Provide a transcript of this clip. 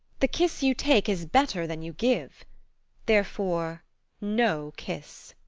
the kiss you take is better than you give therefore no kiss.